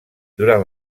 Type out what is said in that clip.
durant